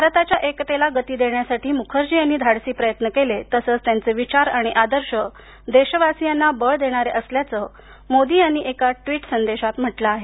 भारताच्या एकतेला गती देण्यासाठी मुखर्जी यांनी धाडसी प्रयत्न केले तसंच त्यांचे विचार आणि आदर्श देशवासियांना बळ देणारे असल्याचं मोदी यांनी एका ट्विट संदेशात म्हटलं आहे